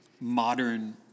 modern